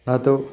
न तु